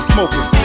Smoking